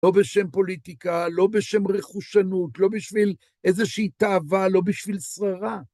לא בשם פוליטיקה, לא בשם רכושנות, לא בשביל איזושהי תאווה, לא בשביל שררה.